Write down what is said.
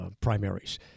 primaries